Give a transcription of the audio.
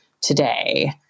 today